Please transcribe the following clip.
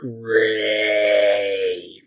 Great